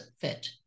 fit